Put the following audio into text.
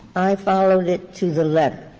i followed it to the letter.